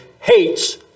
hates